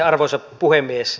arvoisa puhemies